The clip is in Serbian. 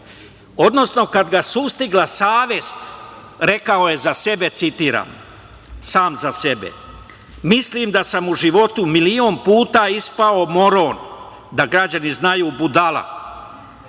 odnosno kad ga sustigla savest rekao je za sebe, citiram - „Mislim da sam u životu milion puta ispao moron“ da građani znaju budala,